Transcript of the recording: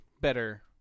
better